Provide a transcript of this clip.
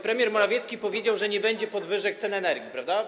Premier Morawiecki powiedział, że nie będzie podwyżek cen energii, prawda?